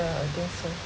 I guess so